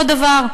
אבל זה אותו דבר,